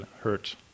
hurt